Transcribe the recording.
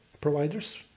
providers